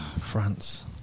France